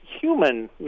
human